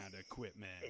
equipment